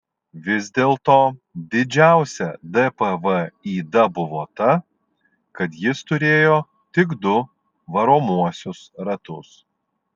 vis dėl to didžiausia dpv yda buvo ta kad jis turėjo tik du varomuosius ratus